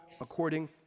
according